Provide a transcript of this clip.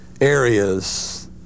areas